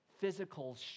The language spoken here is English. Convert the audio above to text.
physical